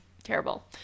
Terrible